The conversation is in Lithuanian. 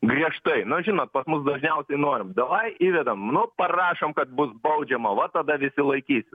griežtai nu žinot pas mus dažniausiai norim davai įvedam nu parašom kad bus baudžiama va tada visi laikysis